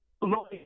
lawyer